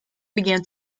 begin